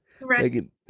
Right